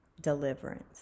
deliverance